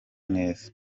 neza